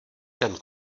ten